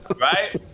Right